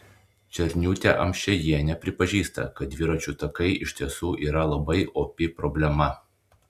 černiūtė amšiejienė pripažįsta kad dviračių takai iš tiesų yra labai opi problema